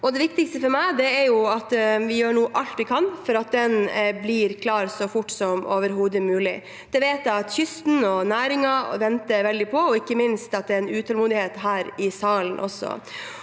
det viktigste for meg er vi nå gjør alt vi kan for at den blir klar så fort som overhodet mulig. Det vet jeg at kysten og næringen venter veldig på, og ikke minst at det er en utålmodighet her i salen også.